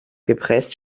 gepresst